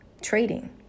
trading